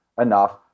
enough